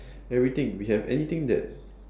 everything we have anything that